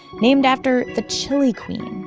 named after the chile queen,